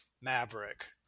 Maverick